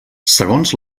segons